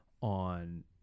on